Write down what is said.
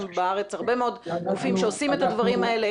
בארץ הרבה מאוד גופים שעושים את הדברים האלה